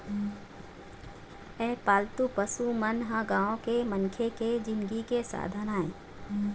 ए पालतू पशु मन ह गाँव के मनखे के जिनगी के साधन आय